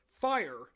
Fire